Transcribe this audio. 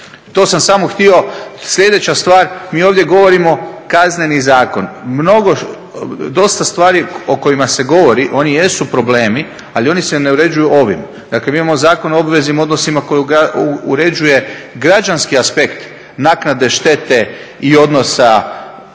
To sam samo htio. Sljedeća stvar, mi ovdje govorimo Kazneni zakon, dosta stvari o kojima se govori oni jesu problemi ali oni se ne uređuju ovim. Dakle mi imamo Zakon o obveznim odnosima koji uređuje građanski aspekt naknade štete i odnosa ako